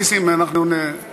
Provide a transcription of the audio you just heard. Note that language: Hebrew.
נסים, אנחנו נתנצל.